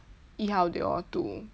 yi hao they all to